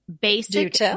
Basic